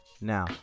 now